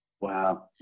Wow